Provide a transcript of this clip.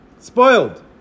spoiled